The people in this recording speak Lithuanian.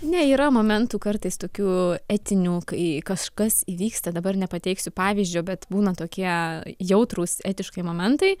ne yra momentų kartais tokių etinių kai kažkas įvyksta dabar nepateiksiu pavyzdžio bet būna tokie jautrūs etiškai momentai